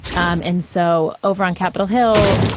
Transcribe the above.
um and so over on capitol hill,